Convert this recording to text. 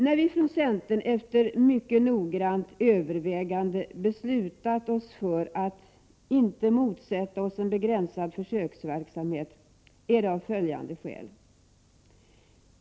När vi från centern efter mycket noggrant övervägande har beslutat oss för att inte motsätta oss en begränsad försöksverksamhet har vi gjort det av följande skäl.